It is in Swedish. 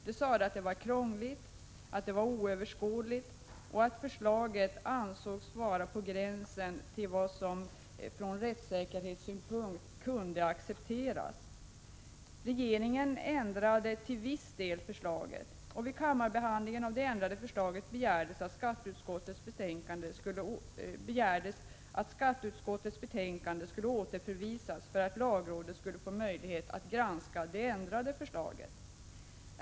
Man sade att det var krångligt och oöverskådligt och ansåg att förslaget var på gränsen till vad som från rättssäkerhetssynpunkt kunde accepteras. Regeringen ändrade till viss del förslaget. Vid kammarbehandlingen av det ändrade förslaget begärdes att skatteutskottets betänkande skulle återförvisas för att lagrådet skulle få möjlighet att granska det ändrade förslaget.